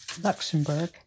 Luxembourg